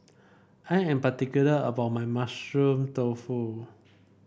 I am particular about my Mushroom Tofu